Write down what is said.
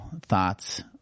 thoughts